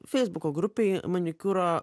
feisbuko grupėj manikiūro